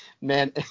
man